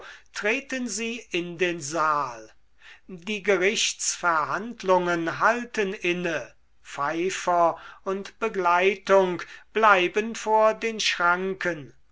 treten sie in den saal die gerichtsverhandlungen halten inne pfeifer und begleitung bleiben vor den schranken